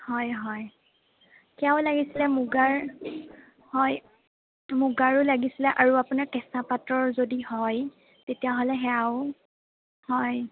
হয় হয় তেও লাগিছিলে মুগাৰ হয় মুগাৰো লাগিছিলে আৰু আপোনাৰ কেঁচা পাটৰ যদি হয় তেতিয়াহ'লে সেয়াও হয়